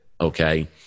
okay